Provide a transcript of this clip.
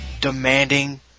demanding